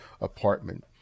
apartment